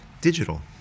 digital